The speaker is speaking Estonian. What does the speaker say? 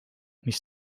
mis